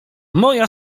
moja